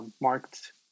marked